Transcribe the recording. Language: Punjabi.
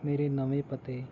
ਮੇਰੇ ਨਵੇਂ ਪਤੇ